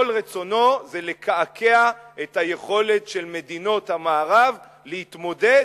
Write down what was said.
כל רצונו זה לקעקע את היכולת של מדינות המערב להתמודד